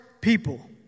people